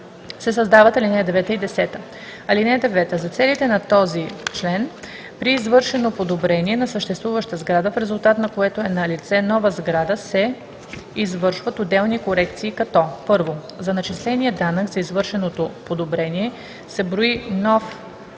създават ал. 9 и 10: „(9) За целите на този член при извършено подобрение на съществуваща сграда, в резултат на което е налице нова сграда, се извършват отделни корекции като: 1. за начисления данък за извършеното подобрение се брои нов